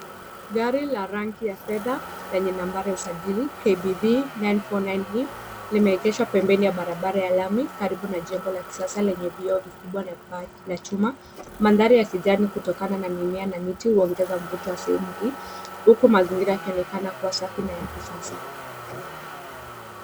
Gari la rangi ya fedha lenye nambari ya usajili KBV949E limeengeshwa pembeni ya barabara ya lami karibu na jengo la kisasa lenye vioo vikubwa na paa la chuma. Mandhari ya kijani kutokana na mimea na miti huongeza mvuto wa sehemu hii huku mazingira yakionekana kuwa safi na ya kisasa.